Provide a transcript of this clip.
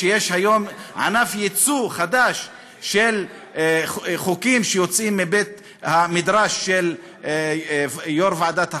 שיש היום ענף יצוא חדש של חוקים שיוצאים מבית-המדרש של יו"ר ועדת החוקה.